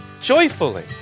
Joyfully